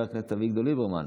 חבר הכנסת אביגדור ליברמן,